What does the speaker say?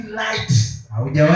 light